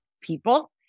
people